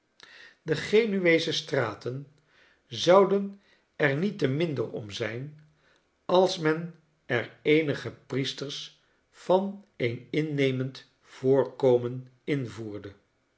de genueesche straten zouden er niet te minder om zijn als men er eenige priesters van een innemend voorkomen invoerde